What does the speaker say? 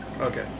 Okay